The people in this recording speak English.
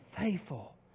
faithful